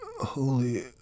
holy